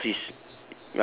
so the socks is